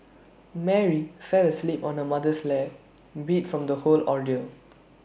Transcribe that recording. Mary fell asleep on her mother's lap beat from the whole ordeal